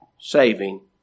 Saving